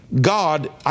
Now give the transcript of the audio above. God